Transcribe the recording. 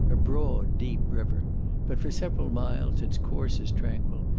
a broad, deep river but for several miles its course is tranquil,